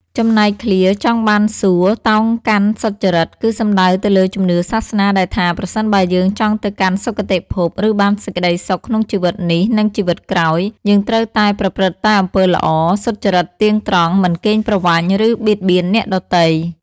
ចំណែកឃ្លា ចង់បានសួគ៌ តោងកាន់សុចរិត គឺសំដៅទៅលើជំនឿសាសនាដែលថា ប្រសិនបើយើងចង់ទៅកាន់សុគតិភព ឬបានសេចក្តីសុខក្នុងជីវិតនេះនិងជីវិតក្រោយ យើងត្រូវតែប្រព្រឹត្តតែអំពើល្អ សុចរិតទៀងត្រង់ មិនកេងប្រវ័ញ្ច ឬបៀតបៀនអ្នកដទៃ។